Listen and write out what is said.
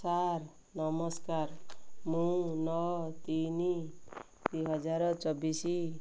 sir ନମସ୍କାର ମୁଁ ନଅ ତିନି ଦୁଇହଜାର ଚବିଶ